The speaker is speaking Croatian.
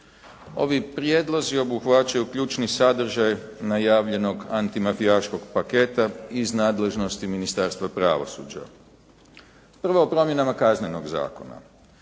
Ovi prijedlozi obuhvaćaju ključni sadržaj najavljenog antimafijaškog paketa iz nadležnosti Ministarstva pravosuđa. Prvo o promjenama Kaznenog zakona.